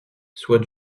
soit